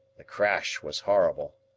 the crash was horrible.